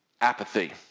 Apathy